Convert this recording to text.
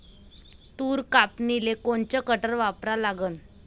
तूर कापनीले कोनचं कटर वापरा लागन?